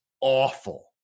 awful